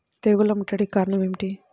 తెగుళ్ల ముట్టడికి కారణం ఏమిటి?